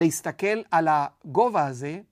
‫להסתכל על הגובה הזה.